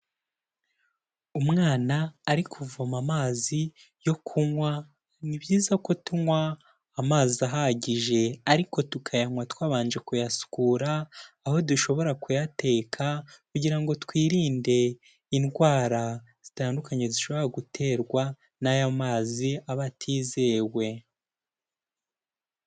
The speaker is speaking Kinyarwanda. Umwana ari kuvoma amazi yo kunywa ni byiza ko tunywa amazi ahagije ariko tukayanywa twabanje kuyasukura aho dushobora kuyateka kugira ngo twirinde indwara zitandukanye zishobora guterwa n'aya mazi aba atizewe.